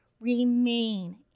remain